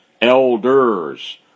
elders